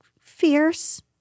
fierce